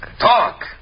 Talk